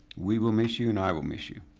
we will miss you and i will miss you.